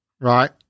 Right